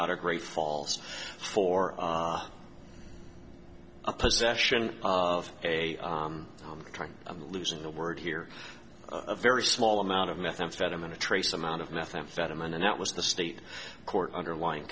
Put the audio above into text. out of great falls for a possession of a i'm trying i'm losing a word here a very small amount of methamphetamine a trace amount of methamphetamine and that was the state court underlying